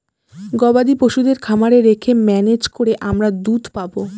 গবাদি পশুদের খামারে রেখে ম্যানেজ করে আমরা দুধ পাবো